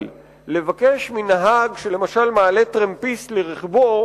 לבקש מנהג שלמשל מעלה טרמפיסט לרכבו,